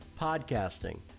podcasting